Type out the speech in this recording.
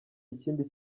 ikindi